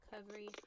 recovery